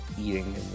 eating